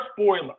spoiler